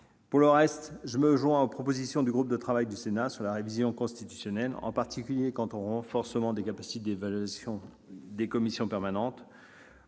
Pour le reste, je me joins aux propositions du groupe de travail du Sénat sur la révision constitutionnelle, en particulier en ce qui concerne le renforcement des capacités d'évaluation des commissions permanentes.